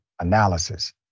analysis